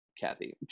Kathy